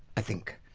i think,